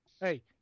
hey